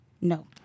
No